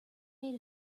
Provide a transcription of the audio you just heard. made